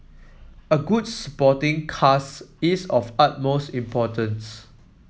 a good supporting cast is of utmost importance